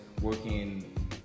working